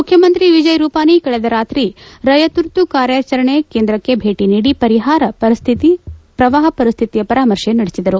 ಮುಖ್ಯಮಂತ್ರಿ ವಿಜಯ್ ರೂಪಾನಿ ಕಳೆದ ರಾತ್ರಿ ರಯ ತುರ್ತು ಕಾರ್ಯಾಚರಣೆ ಕೇಂದ್ರಕ್ಕೆ ಭೇಟಿ ನೀದಿ ಪ್ರವಾಹ ಪರಿಸ್ತಿತಿ ಪರಾಮರ್ಶೆ ನಡೆಸಿದರು